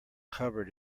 covered